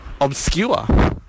Obscure